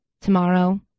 tomorrow